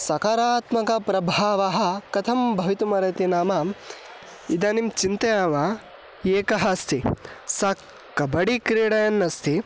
सकारात्मकप्रभावः कथं भवितुमर्हति नाम इदानीं चिन्तयामः एकः अस्ति सा कबड्डि क्रीडयन्नस्ति